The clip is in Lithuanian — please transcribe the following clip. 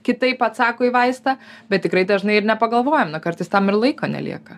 kitaip atsako į vaistą bet tikrai dažnai ir nepagalvojam na kartais tam ir laiko nelieka